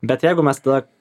bet jeigu mes tada